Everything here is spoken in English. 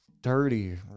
dirty